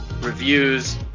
reviews